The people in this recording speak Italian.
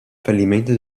fallimento